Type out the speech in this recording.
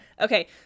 Okay